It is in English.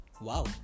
Wow